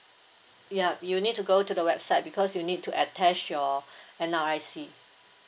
yup you need to go to the website because you need to attach your N_R_I_C